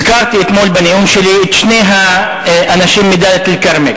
הזכרתי אתמול בנאום שלי את שני האנשים מדאלית-אל-כרמל.